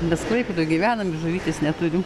mes klaipėdoj gyvenam ir žuvytės neturim